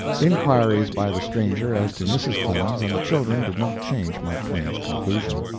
inquiries by the stranger as to mrs. clemens and the children did not change mark twain's conclusion.